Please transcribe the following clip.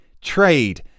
trade